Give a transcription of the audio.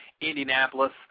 Indianapolis